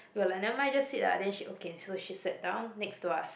we were like never mind just sit lah then she okay so she sat down next to us